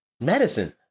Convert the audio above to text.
medicine